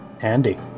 Handy